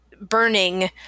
Burning